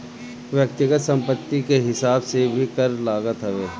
व्यक्तिगत संपत्ति के हिसाब से भी कर लागत हवे